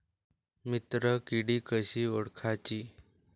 मित्र किडी कशी ओळखाची?